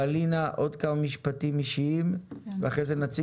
פאלינה עוד כמה משפטים אישיים ואחרי זה נציג